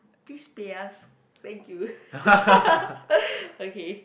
please pay us thank you okay